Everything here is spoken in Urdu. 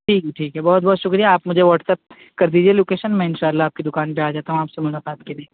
جی جی ٹھیک ہے بہت بہت شکریہ آپ مجھے واٹساپ کر دیجیے لوکیشن میں انشاء اللہ آپ کی دکان پہ آجاتا ہوں آپ سے ملاقات کے لیے